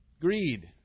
Greed